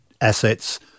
assets